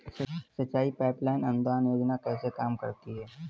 सिंचाई pipeline अनुदान योजना कैसे काम करती है?